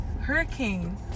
hurricane